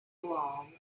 along